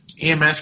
EMS